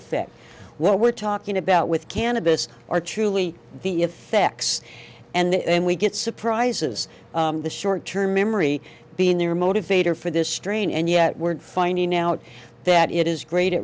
effect what we're talking about with cannabis are truly the effects and we get surprises in the short term memory being there motivator for this strain and yet we're finding out that it is great